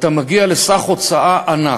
אתה מגיע לסך הוצאה ענק.